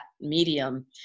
medium